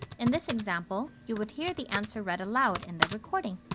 in this example, you would hear the answer read aloud in the recording.